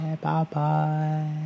Bye-bye